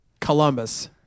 Columbus